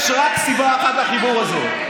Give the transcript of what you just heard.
יש רק סיבה אחת לחיבור הזה,